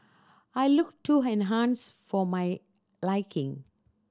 I looked too enhanced for my liking